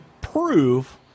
prove